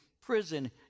prison